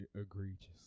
egregious